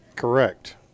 Correct